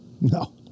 No